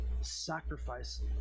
sacrifice